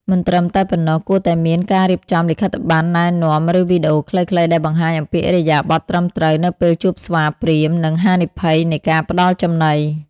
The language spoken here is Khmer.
មិនត្រឹមតែប៉ុណ្ណោះ គួរតែមានការរៀបចំលិខិត្តប័ណ្ណណែនាំ ឬវីដេអូខ្លីៗដែលបង្ហាញអំពីឥរិយាបថត្រឹមត្រូវនៅពេលជួបស្វាព្រាហ្មណ៍ និងហានិភ័យនៃការផ្តល់ចំណី។